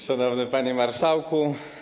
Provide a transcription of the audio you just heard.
Szanowny Panie Marszałku!